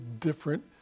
different